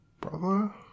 brother